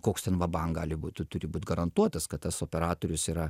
koks ten vabang gali būti turi būti garantuotas kad tas operatorius yra